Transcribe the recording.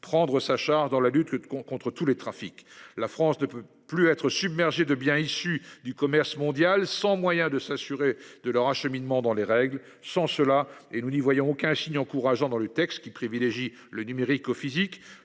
prendre sa charge dans la lutte lutte contre tous les trafics, la France ne peut plus être. De biens issus du commerce mondial sans moyen de s'assurer de leur acheminement dans les règles, sans cela et nous n'y voyons aucun signe encourageant dans le texte qui privilégient le numérique au physique